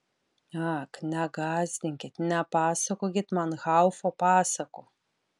ak negąsdinkit nepasakokit man haufo pasakų